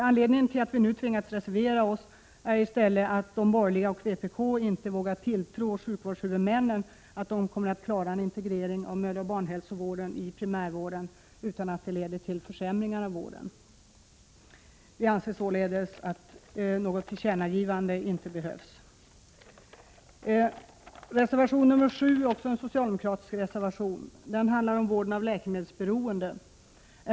Anledningen till att vi nu tvingats reservera oss är i stället att de borgerliga partierna och vpk inte vågar tilltro sjukvårdshuvudmännen förmågan att klara en integrering av mödraoch barnhälsovården i primärvården utan att det leder till försämringar i vården. Vi anser således att det inte behövs något tillkännagivande. Reservation nr 7 är också en socialdemokratisk reservation. Den handlar om vård av läkemedelsberoende.